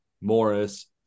Morris